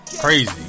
crazy